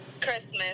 Christmas